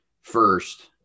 first